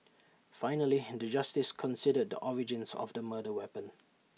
finally the justice considered the origins of the murder weapon